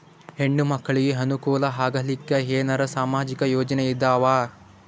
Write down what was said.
ಹೆಣ್ಣು ಮಕ್ಕಳಿಗೆ ಅನುಕೂಲ ಆಗಲಿಕ್ಕ ಏನರ ಸಾಮಾಜಿಕ ಯೋಜನೆ ಇದಾವ?